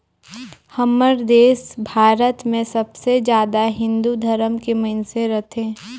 हमर देस भारत मे सबले जादा हिन्दू धरम के मइनसे रथें